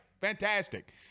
Fantastic